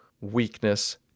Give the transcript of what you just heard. weakness